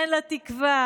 כן לתקווה,